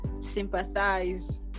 sympathize